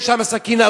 שאין שם סכינאות,